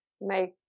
make